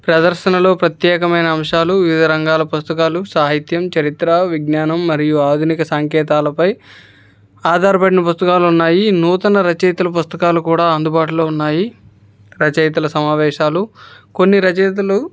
ప్రదర్శనలో ప్రత్యేకమైన అంశాలు వివిధ రంగాల పుస్తకాలు సాహిత్యం చరిత్ర విజ్ఞానం మరియు ఆధునిక సాంకేతాలపై ఆధారపడిన పుస్తకాలు ఉన్నాయి నూతన రచయితల పుస్తకాలు కూడా అందుబాటులో ఉన్నాయి రచయితల సమావేశాలు కొన్ని రచయితలు